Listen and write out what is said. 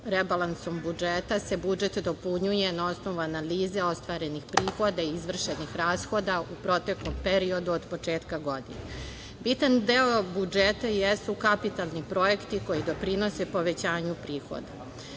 Rebalansom budžeta se budžet dopunjuje na osnovu analize ostvarenih prihoda i izvršenih rashoda u proteklom periodu od početka godine. Bitan deo budžeta jesu kapitalni projekti koji doprinose povećanju prihoda.U